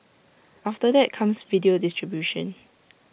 after that comes video distribution